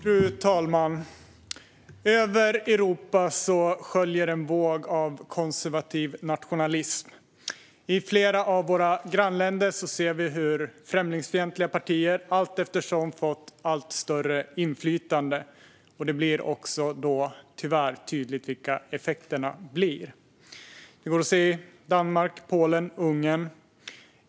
Fru talman! Över Europa sköljer en våg av konservativ nationalism. I flera av våra grannländer ser vi hur främlingsfientliga partier allteftersom fått allt större inflytande. Det blir då också tyvärr tydligt vilka effekterna blir. Det går att se i Danmark, Polen och Ungern.